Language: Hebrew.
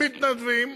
מתנדבים,